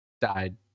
died